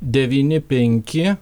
devyni penki